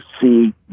see